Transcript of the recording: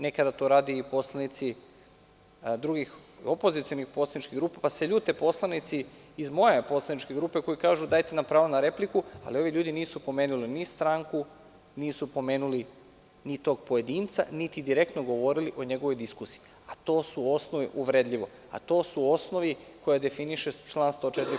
Nekada to rade i poslanici drugih opozicionih poslaničkih grupa, pa se ljute poslanici iz moje poslaničke grupe, koji kažu – dajte nam pravo na repliku, ali ovi ljudi nisu pomenuli ni stranku, nisu pomenuli ni tog pojedinca, niti direktno govorili o njegovoj diskusiji uvredljivo, a to su osnovni koje definiše član 104.